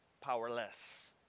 powerless